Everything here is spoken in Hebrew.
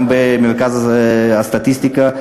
גם בלשכה המרכזית לסטטיסטיקה,